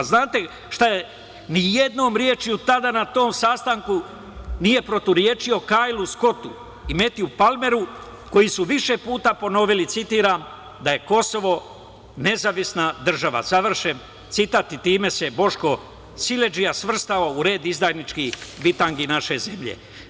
Ni jednom rečju tada na tom sastanku nije protivrečio Kajlu Skotu i Metju Palmeru, koji su više puta ponovili, citiram, da je Kosovo nezavisna država, završen citat i time se Boško siledžija svrstao u red izdajničkih bitangi naše zemlje.